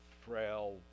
frail